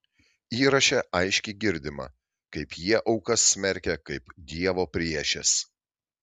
įraše aiškiai girdima kaip jie aukas smerkia kaip dievo priešes